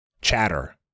chatter